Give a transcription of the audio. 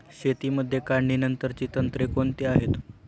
शेतीमध्ये काढणीनंतरची तंत्रे कोणती आहेत?